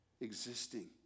existing